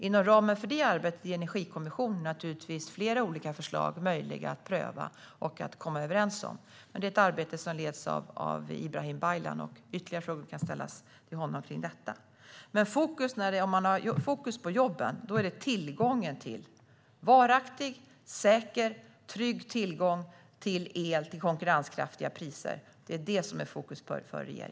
Inom ramen för arbetet i Energikommissionen är naturligtvis flera olika förslag möjliga att pröva och komma överens om. Det är ett arbete som leds av Ibrahim Baylan, och ytterligare frågor om detta kan ställas till honom. Fokus för regeringen är jobben och varaktig, säker och trygg tillgång till el till konkurrenskraftiga priser.